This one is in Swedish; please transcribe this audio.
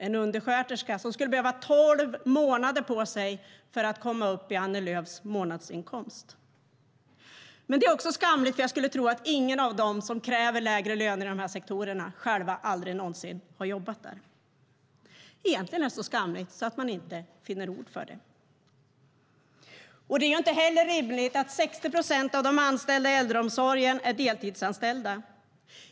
En undersköterska skulle behöva tolv månader på sig för att komma upp i Annie Lööfs månadsinkomst. En annan anledning till att det är skamligt är att jag skulle tro att ingen av dem som kräver lägre löner i de här sektorerna har jobbat där. Egentligen är det så skamligt att man inte finner ord för det. Det är inte heller rimligt att 60 procent av de anställda i äldreomsorgen är deltidsanställda.